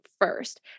first